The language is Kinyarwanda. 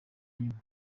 nyuma